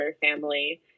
family